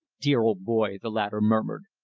dear old boy, the latter murmured,